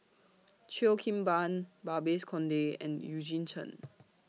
Cheo Kim Ban Babes Conde and Eugene Chen